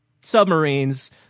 submarines